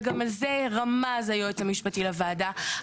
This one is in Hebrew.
וגם על זה רמז היועץ המשפטי לוועדה,